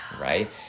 Right